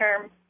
term